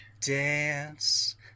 dance